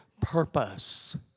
purpose